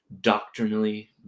doctrinally